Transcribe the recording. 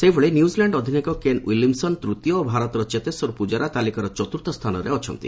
ସେହିଭଳି ନିଉଜିଲ୍ୟାଣ୍ଡ ଅଧିନାୟକ Kane Williamson ତୃତୀୟ ଓ ଭାରତର ଚେତେଶ୍ୱର ପୂଜାରା ତାଲିକାର ଚତୁର୍ଥ ସ୍ଥାନରେ ଅଛନ୍ତି